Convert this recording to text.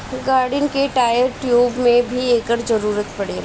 गाड़िन के tyre, tube में भी एकर जरूरत पड़ेला